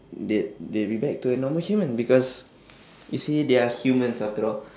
they they will be back to a normal human because you see they are humans after all